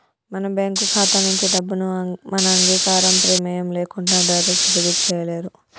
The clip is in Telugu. మన బ్యేంకు ఖాతా నుంచి డబ్బుని మన అంగీకారం, ప్రెమేయం లేకుండా డైరెక్ట్ డెబిట్ చేయలేరు